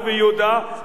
אלא גרעת.